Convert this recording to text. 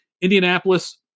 Indianapolis